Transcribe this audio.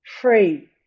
free